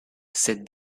cette